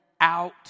out